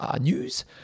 news